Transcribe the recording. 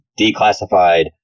declassified